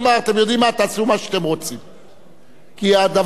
כי הדבר הזה הופך בעיני הציבור לדבר שהוא מוזר.